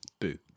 boo